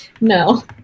No